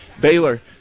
Baylor